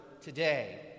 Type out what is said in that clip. today